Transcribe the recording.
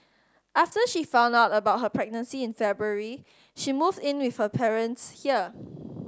after she found out about her pregnancy in February she moved in with her parents here